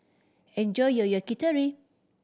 enjoy your Yakitori